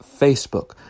Facebook